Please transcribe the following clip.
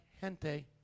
gente